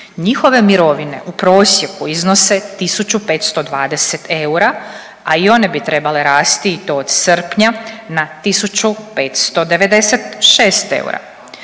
Njihove mirovine u prosjeku iznose 1520 eura, a i one bi trebale rasti i to od srpnja na 1596 eura.